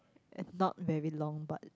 it's not very long but